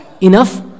Enough